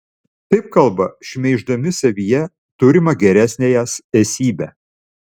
taip kalba šmeiždami savyje turimą geresniąją esybę